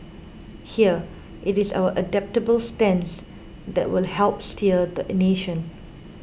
here it is our adaptable stance that will help steer the nation